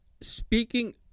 speaking